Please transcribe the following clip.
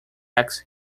rex